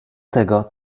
tego